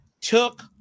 took